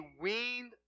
weaned